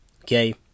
Okay